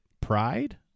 pride